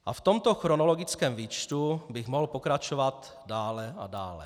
A v tomto chronologickém výčtu bych mohl pokračovat dále a dále.